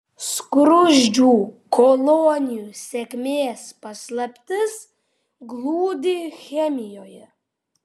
skruzdžių kolonijų sėkmės paslaptis glūdi chemijoje